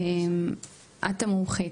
את המומחית.